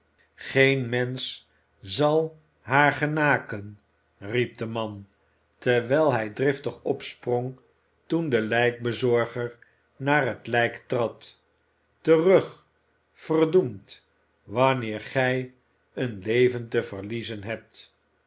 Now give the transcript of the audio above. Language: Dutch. geen mensch zal haar genaken riep de man terwijl hij driftig opsprong toen de lijkbezorger naar het lijk trad terug verdoemd wanneer gij een leven te verliezen hebt